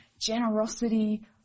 generosity